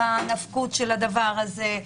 מה הנפקות של הדבר הזה?